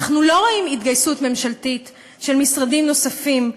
אנחנו לא רואים התגייסות ממשלתית של משרדים נוספים.